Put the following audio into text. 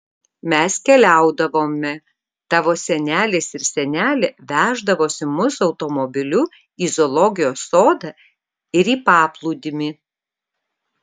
mes keliaudavome tavo senelis ir senelė veždavosi mus automobiliu į zoologijos sodą ir į paplūdimį